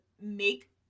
make